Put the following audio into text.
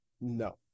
no